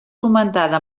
fomentada